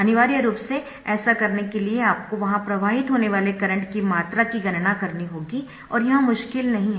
अनिवार्य रूप से ऐसा करने के लिए आपको वहां प्रवाहित होने वाले करंट की मात्रा की गणना करनी होगी और यह मुश्किल नहीं है